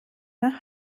nach